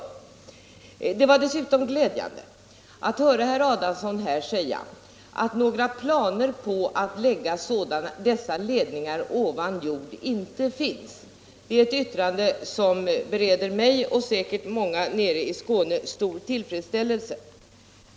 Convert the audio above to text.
Dessutom var det glädjande att höra herr Adamsson säga att några planer på att lägga dessa ledningar ovan jord inte finns. Det är ett uttalande som bereder mig och säkert många andra nere i Skåne stor tillfredsställelse.